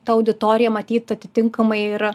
ta auditorija matyt atitinkamai ir